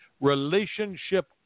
relationship